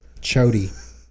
Chody